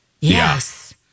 yes